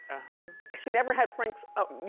she never had frank's, um you